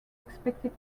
expected